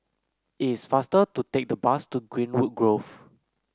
it's faster to take the bus to Greenwood Grove